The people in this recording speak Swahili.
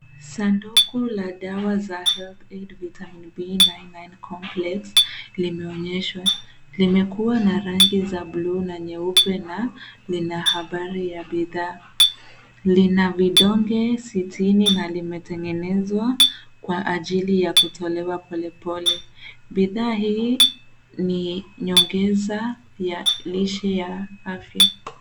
Sanduku la dawa za health aid vitamin B99 complex limeonyeshwa. Limekua na rangi za blue, nyeupe na lina habari ya bidhaa. LIna vidonge sitini na limetengenezwa kwa ajili ya kutolewa polepole. Bithaa hii ni nyongeza ya lishe ya afya.